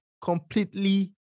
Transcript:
completely